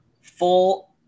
full